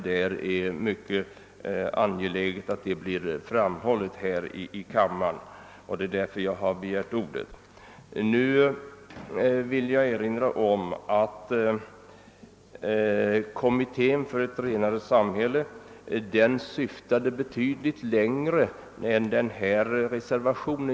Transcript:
Jag finner det angeläget att detta herr Skårmans påpekande understryks här i kammaren, och det är därför jag har begärt ordet. Jag vill framhålla att Kommittén för ett renare samhälle syftade betydligt längre än vad herr Skårman gör i sin reservation.